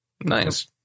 nice